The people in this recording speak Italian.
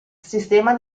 sistema